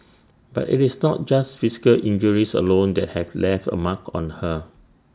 but IT is not just physical injuries alone that have left A mark on her